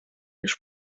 już